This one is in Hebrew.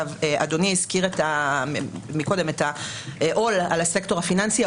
אדוני הזכיר קודם את העול על הסקטור הפיננסי.